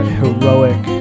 heroic